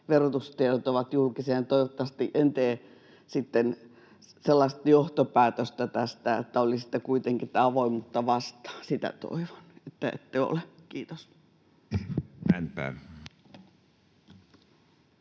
verotustiedot ovat julkisia. Toivottavasti en tee sitten sellaista johtopäätöstä tästä, että olisitte kuitenkin tätä avoimuutta vastaan. Sitä toivon, että ette ole. — Kiitos.